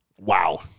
Wow